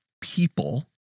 people